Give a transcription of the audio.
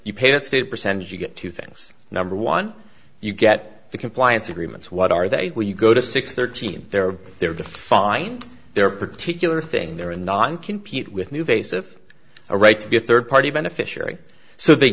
you pay it state percentage you get two things number one you get the compliance agreements what are they where you go to six thirteen they're there to find their particular thing they're in non compete with new face of a right to be a third party beneficiary so they